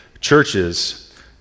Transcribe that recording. churches